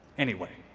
anyway.